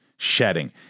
Shedding